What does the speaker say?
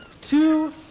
two